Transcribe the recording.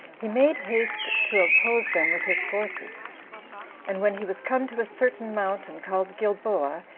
he made haste to oppose them with his forces and when he was come to a certain mountain called gilboa,